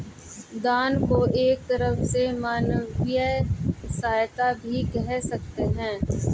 दान को एक तरह से मानवीय सहायता भी कह सकते हैं